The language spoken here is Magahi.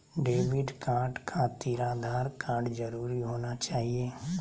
डेबिट कार्ड खातिर आधार कार्ड जरूरी होना चाहिए?